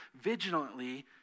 vigilantly